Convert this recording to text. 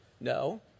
No